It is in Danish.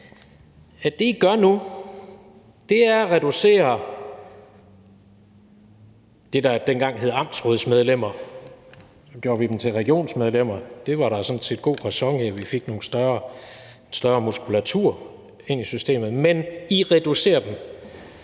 at det, vi gjorde, var at reducere det, der dengang hed amtsrådsmedlemmer – så gjorde vi dem til regionsmedlemmer, og der var sådan set god ræson i, at vi fik noget større muskelkraft ind i systemet – til pyntegenstande,